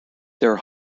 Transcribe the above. their